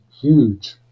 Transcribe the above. huge